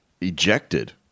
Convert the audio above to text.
ejected